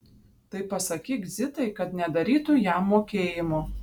tai pasakyk zitai kad nedarytų jam mokėjimų